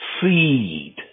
seed